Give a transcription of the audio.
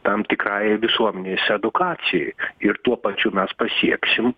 tam tikrai visuomenės edukacijai ir tuo pačiu mes pasieksim